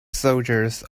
soldiers